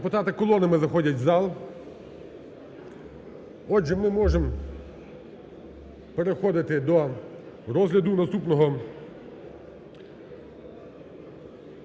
Депутати колонами заходять в зал. Отже, ми можемо переходити до розгляду наступного